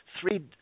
three